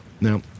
Now